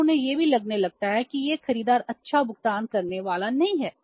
और उन्हें यह भी लगने लगता है कि यह खरीदार अच्छा भुगतान करने वाला नहीं है